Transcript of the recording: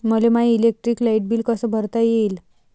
मले my electric light bill कस भरता येईल?